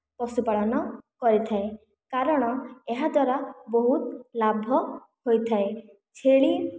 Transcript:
ପଶୁପାଳନ କରିଥାଏ କାରଣ ଏହା ଦ୍ୱାରା ବହୁତ ଲାଭ ହୋଇ ଥାଏ ଛେଳି